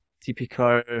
typical